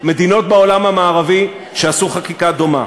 מדינות בעולם המערבי שעשו חקיקה דומה.